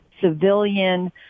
civilian